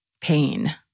pain